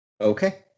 Okay